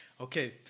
Okay